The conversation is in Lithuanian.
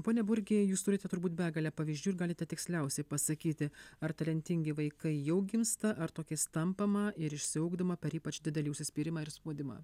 pone burgi jūs turite turbūt begalę pavyzdžių ir galite tiksliausiai pasakyti ar talentingi vaikai jau gimsta ar tokiais tampama ir išsiugdoma per ypač didelį užsispyrimą ir spaudimą